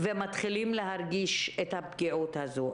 וכבר מתחילים להרגיש את הפגיעות הזו.